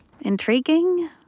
intriguing